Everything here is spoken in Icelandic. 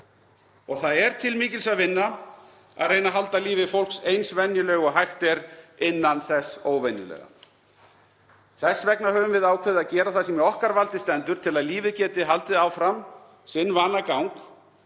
Og það er til mikils að vinna að reyna að halda lífi fólks eins venjulegu og hægt er, innan þess óvenjulega. Þess vegna höfum við ákveðið að gera það sem í okkar valdi stendur til að lífið geti haldið áfram sinn vanagang.